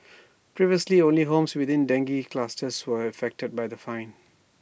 previously only homes within dengue clusters were affected by the fine